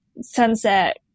sunset